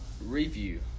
Review